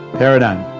paradigm,